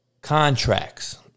contracts